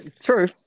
True